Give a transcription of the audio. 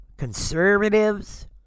Conservatives